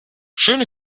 schöne